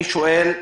אני שואל,